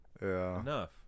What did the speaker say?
enough